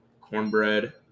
cornbread